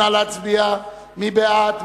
נא להצביע, מי בעד?